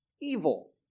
evil